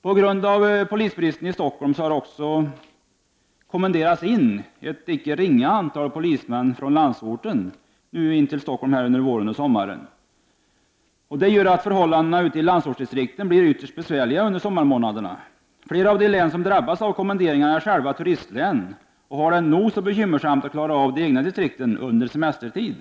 På grund av polisbristen i Stockholm har det kommenderats in ett icke ringa antal polismän från landsorten till Stockholm under våren och sommaren. Detta gör att förhållandena i landsortsdistrikten blir ytterst besvärliga under sommarmånaderna. Flera av de län som drabbats av kommenderingarna är själva turistlän och har det nog så bekymmersamt att klara av arbetet i de egna distrikten under semestertid.